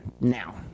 Now